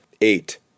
Eight